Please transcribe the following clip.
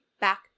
back